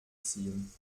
ziehen